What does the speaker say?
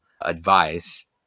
advice